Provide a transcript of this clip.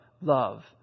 love